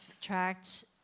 Tracked